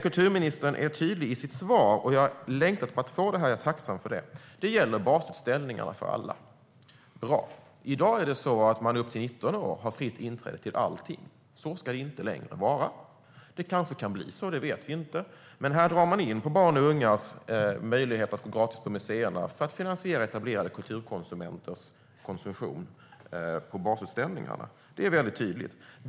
Kulturministern är tydlig i sitt svar som jag har längtat efter att få, och jag är tacksam för det. Reformen gäller basutställningarna för alla. Bra, då vet jag det. I dag har alla upp till 19 år fritt inträde till allting. Så ska det inte längre vara. Det kanske kan bli så, det vet vi inte, men här drar man in på barn och ungas möjlighet att gå gratis på museerna för att finansiera etablerade kulturkonsumenters besök på basutställningarna. Det är tydligt.